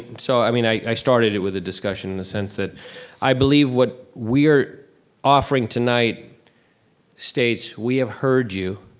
so i mean i started it with a discussion in the sense that i believe what we are offering tonight states, we have heard you,